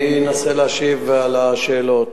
אני אנסה להשיב על השאלות.